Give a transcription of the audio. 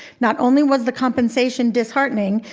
not only was the compensation disheartening,